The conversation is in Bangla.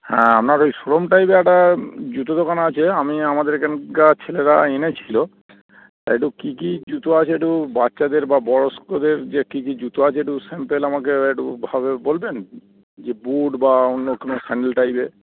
হ্যাঁ আপনার ওই শোরুম টাইপের একটা জুতো দোকান আছে আমি আমাদের এখানকার ছেলেরা এনেছিলো তা একটু কী কী জুতো আছে একটু বাচ্চাদের বা বয়স্কদের যে কী কী জুতো আছে একটু স্যাম্পেল আমাকে একটু ভাবে বলবেন যে বুট বা অন্য কোনো স্যান্ডেল টাইপের